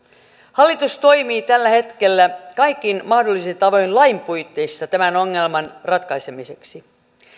hallitus toimii tällä hetkellä kaikin mahdollisin tavoin lain puitteissa tämän ongelman ratkaisemiseksi